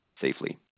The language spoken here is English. Safely